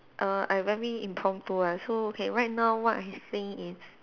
err I very impromptu one so okay right now what I saying is